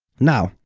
now,